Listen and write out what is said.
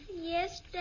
Yes